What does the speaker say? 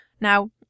Now